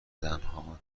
زنها